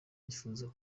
yifuza